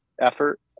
effort